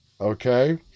Okay